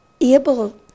able